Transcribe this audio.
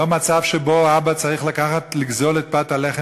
לא מצב שבו האבא צריך לגזול את פת הלחם